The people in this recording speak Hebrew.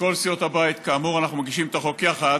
מכל סיעות הבית, כאמור, אנחנו מגישים את החוק יחד,